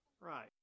Right